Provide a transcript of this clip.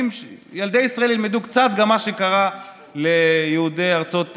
ילדי ישראל ילמדו קצת גם מה שקרה ליהודי ארצות ערב,